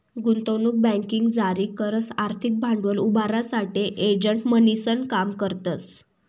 गुंतवणूक बँकिंग जारी करस आर्थिक भांडवल उभारासाठे एजंट म्हणीसन काम करतस